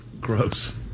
Gross